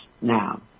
now